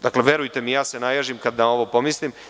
Dakle, verujte mi, ja se naježim kada na ovo pomislim.